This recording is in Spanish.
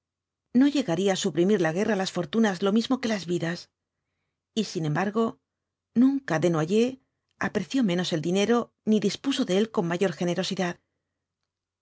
no llegaría á suprimir la guerra las fortunas lo mismo que las vidas y sin embargo nunca desnoyers apreció menos el dinero ni dispuso de él con mayor generosidad numerosos movilizados de